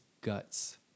guts